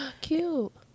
Cute